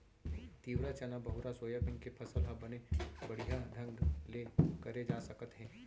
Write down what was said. तिंवरा, चना, बहुरा, सोयाबीन के फसल ह बने बड़िहा ढंग ले करे जा सकत हे